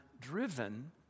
driven